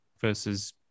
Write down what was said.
versus